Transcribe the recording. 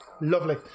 Lovely